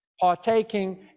partaking